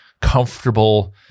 comfortable